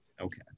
Okay